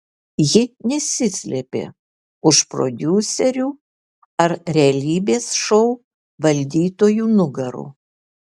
ji nesislėpė už prodiuserių ar realybės šou valdytojų nugarų